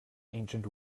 ancient